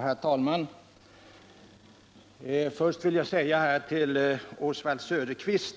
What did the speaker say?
Herr talman! Först vill jag säga till Oswald Söderqvist,